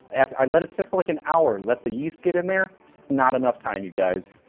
i let it sit for like an hour, let the yeast get in there. it's not enough time, you guys.